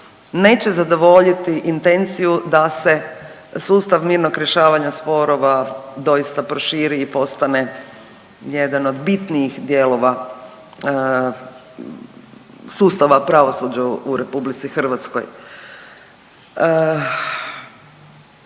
neće zadovoljiti intenciju da se sustav mirnog rješavanja sporova doista proširi i postane jedan od bitnijih dijelova sustava pravosuđa u RH. I zaista